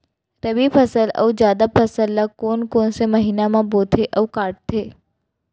रबि, खरीफ अऊ जादा फसल ल कोन कोन से महीना म बोथे अऊ काटते?